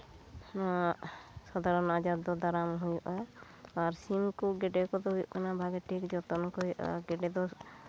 ᱱᱚᱣᱟ ᱥᱟᱫᱷᱟᱨᱚᱱ ᱟᱡᱟᱨ ᱫᱚ ᱫᱟᱨᱟᱢ ᱦᱩᱭᱩᱜᱼᱟ ᱟᱨ ᱥᱤᱢ ᱠᱚ ᱜᱮᱰᱮ ᱠᱚᱫᱚ ᱦᱩᱭᱩᱜ ᱠᱟᱱᱟ ᱵᱷᱟᱜᱮ ᱴᱷᱤᱠ ᱡᱚᱛᱚᱱ ᱠᱚ ᱦᱩᱭᱩᱜᱼᱟ ᱜᱮᱰᱮ ᱫᱚ